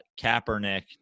Kaepernick